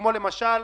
כמו למשל,